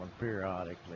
periodically